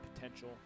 potential